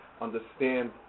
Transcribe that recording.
understand